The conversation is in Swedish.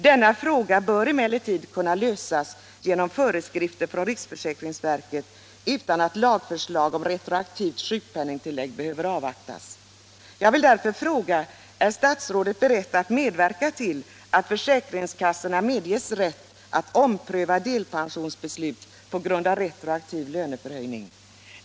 Denna fråga bör emellertid kunna lösas genom föreskrifter från riksförsäkringsverket utan att lagförslag om retroaktivt sjukpenningtillägg behöver avvaktas. Jag vill därför fråga: Är statsrådet beredd att 37 medverka till att försäkringskassorna medges rätt att ompröva delpensionsbeslut på grund av retroaktiv löneförhöjning?